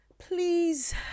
please